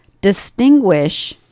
distinguish